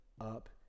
up